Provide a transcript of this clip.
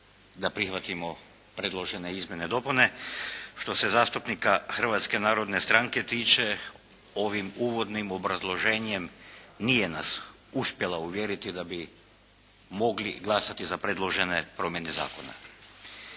da prihvatimo predložene izmjene i dopune. Što se zastupnika Hrvatske narodne stranke tiče, ovim uvodnim obrazloženjem nije nas uspjela uvjeriti da bi mogli glasati za predložene promjene zakona.